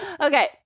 Okay